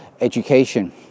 education